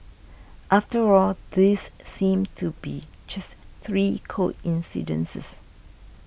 after all these seem to be just three coincidences